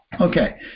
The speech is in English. okay